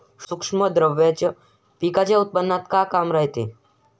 सूक्ष्म द्रव्याचं पिकाच्या उत्पन्नात का काम रायते?